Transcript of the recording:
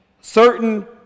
certain